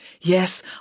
Yes